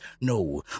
No